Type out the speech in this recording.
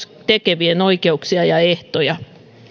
tekevien oikeuksia ja ehtoja